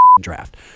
draft